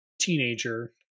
teenager